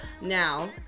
Now